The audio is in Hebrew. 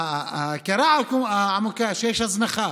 הקערה העמוקה, יש הזנחה